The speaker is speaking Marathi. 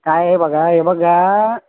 काय आहे बघा हे बघा